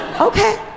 Okay